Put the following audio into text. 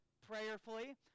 prayerfully